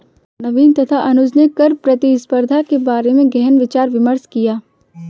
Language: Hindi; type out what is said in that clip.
नवीन तथा अनुज ने कर प्रतिस्पर्धा के बारे में गहन विचार विमर्श किया